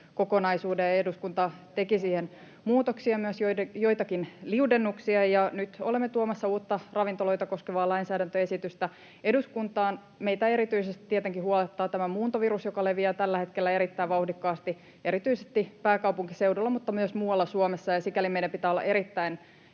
kokonaisuuden, ja eduskunta teki siihen muutoksia, myös joitakin liudennuksia, ja nyt olemme tuomassa uutta ravintoloita koskevaa lainsäädäntöesitystä eduskuntaan. Meitä tietenkin huolettaa erityisesti tämä muuntovirus, joka leviää tällä hetkellä erittäin vauhdikkaasti erityisesti pääkaupunkiseudulla, mutta myös muualla Suomessa, ja sikäli meidän pitää olla erittäin,